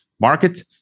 market